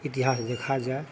इतिहास देखा जाए